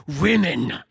women